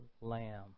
lamb